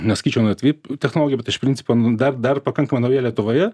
nesakyčiau inovatyvi technologiją bet iš principo dar dar pakankamai nauja lietuvoje